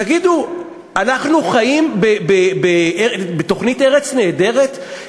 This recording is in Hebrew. תגידו, אנחנו חיים בתוכנית "ארץ נהדרת"?